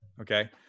Okay